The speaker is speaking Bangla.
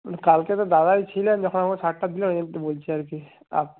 কালকে তো দাদাই ছিলেন যখন আমার শার্টটা দিলেন ওই জন্য বলছি আর কি আর